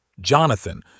Jonathan